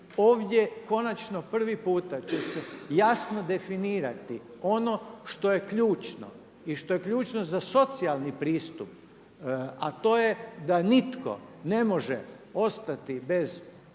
ovdje konačno prvi puta će se jasno definirati ono što je ključno i što je ključno za socijalni pristup, a to je da nitko ne može ostati bez